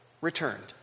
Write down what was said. returned